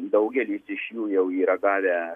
daugelis iš jų jau yra gavę